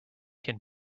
can